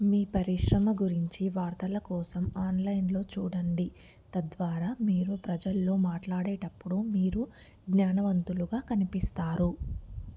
మీ పరిశ్రమ గురించి వార్తల కోసం ఆన్లైన్లో చూడండి తద్వారా మీరు ప్రజల్లో మాట్లాడేటప్పుడు మీరు జ్ఞానవంతులుగా కనిపిస్తారు